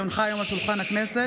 כי הונחו היום על שולחן הכנסת,